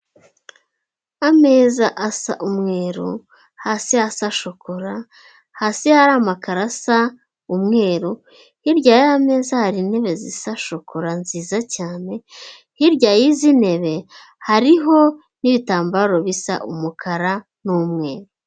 Ameza asa umweru, hasi hasa shokora, hasi hari amako arasa umweru, hirya y'aya meza hari intebe zisa shokora nziza cyane, hirya y'izi ntebe, hariho n'ibitambaro bisa umukara n'umweru.